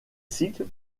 cycle